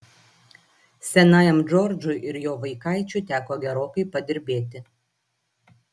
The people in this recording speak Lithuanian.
senajam džordžui ir jo vaikaičiui teko gerokai padirbėti